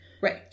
Right